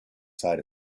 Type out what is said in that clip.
side